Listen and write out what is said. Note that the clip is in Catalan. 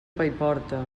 paiporta